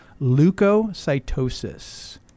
leukocytosis